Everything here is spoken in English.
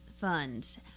funds